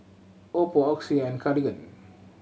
oppo Oxy and Cartigain